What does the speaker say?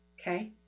Okay